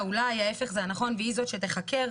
אולי ההיפך זה הנכון והיא זאת שתיחקר,